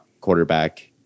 quarterback